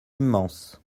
immense